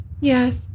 yes